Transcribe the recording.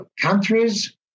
countries